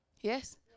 Yes